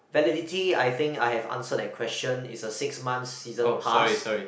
validity I think I have answered that question it's a six months season pass